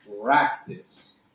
practice